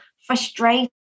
frustrated